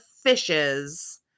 fishes